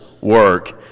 work